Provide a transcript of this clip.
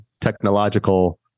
technological